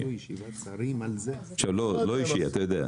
לא אישי, אתה יודע.